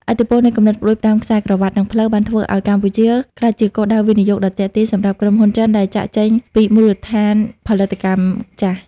ឥទ្ធិពលនៃ គំនិតផ្ដួចផ្ដើមខ្សែក្រវាត់ និងផ្លូវបានធ្វើឱ្យកម្ពុជាក្លាយជាគោលដៅវិនិយោគដ៏ទាក់ទាញសម្រាប់ក្រុមហ៊ុនចិនដែលចាកចេញពីមូលដ្ឋានផលិតកម្មចាស់។